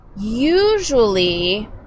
Usually